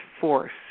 force